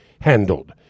handled